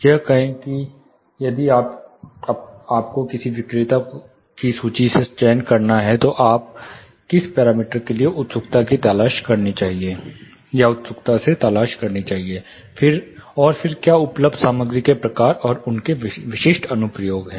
यह कहें कि यदि आपको किसी विक्रेता की सूची से चयन करना है तो आपको किस पैरामीटर के लिए उत्सुकता से तलाश करना चाहिए और फिर क्या उपलब्ध सामग्री के प्रकार और उनके विशिष्ट अनुप्रयोग हैं